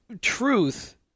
truth